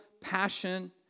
passion